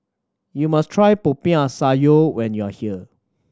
you must try Popiah Sayur when you are here